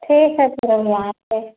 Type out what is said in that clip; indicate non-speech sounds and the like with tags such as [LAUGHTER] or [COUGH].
ठीक है फिर हम यहाँ [UNINTELLIGIBLE]